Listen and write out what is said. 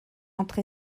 entre